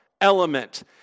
element